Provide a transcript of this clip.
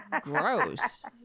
gross